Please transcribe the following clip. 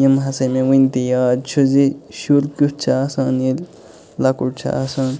یِم ہسا مےٚ وُنہِ تہِ یاد چھِ زٕ شُر کیُتھ چھُ آسان ییٚلہِ لۄکُٹ چھُ آسان